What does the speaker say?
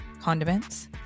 condiments